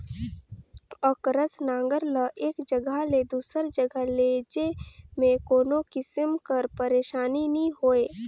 अकरस नांगर ल एक जगहा ले दूसर जगहा लेइजे मे कोनो किसिम कर पइरसानी नी होए